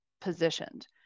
positioned